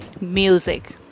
music